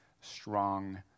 strong